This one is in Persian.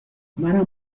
منم